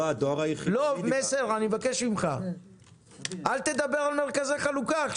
אני מבקש ממך, אל תדבר עכשיו על מרכזי חלוקה.